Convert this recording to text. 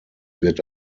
wird